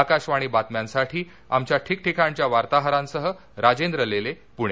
आकाशवाणी बातम्यांसाठी आमच्या ठीकठिकाणच्या वार्ताहरांसह राजेंद्र लेलेपुणे